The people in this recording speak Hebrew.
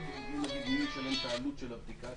מי ישלם את עלות הבדיקה,